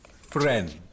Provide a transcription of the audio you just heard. Friend